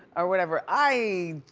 or whatever. i,